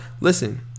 Listen